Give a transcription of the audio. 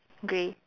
grey